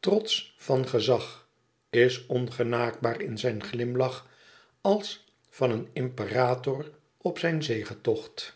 trotsch van gezag is ongenaakbaar in zijn glimlach als van een imperator op zijn zegetocht